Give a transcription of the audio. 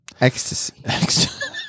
Ecstasy